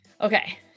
okay